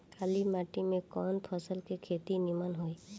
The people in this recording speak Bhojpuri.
काली माटी में कवन फसल के खेती नीमन होई?